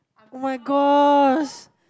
[oh]-my-gosh